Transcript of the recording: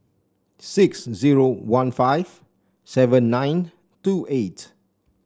six zero one five seven nine two eight